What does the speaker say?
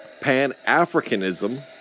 pan-Africanism